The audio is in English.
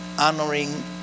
Honoring